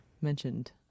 mentioned